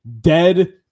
dead